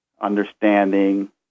understanding